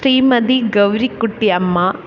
ശ്രീമതി ഗൗരിക്കുട്ടി അമ്മ